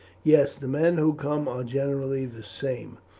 yes, the men who come are generally the same,